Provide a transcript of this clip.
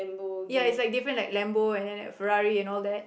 ya is like different like Lambo and then like Ferarri and all that